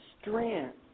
strength